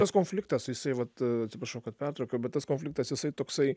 tas konfliktas jisai vat atsiprašau kad pertraukiau bet tas konfliktas jisai toksai